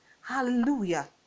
hallelujah